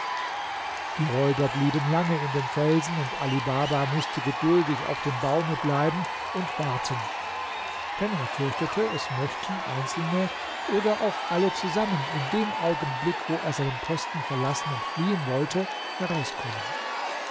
die räuber blieben lange in dem felsen und ali baba mußte geduldig auf dem baume bleiben und warten denn er fürchtete es möchten einzelne oder auch alle zusammen in dem augenblick wo er seinen posten verlassen und fliehen wollte herauskommen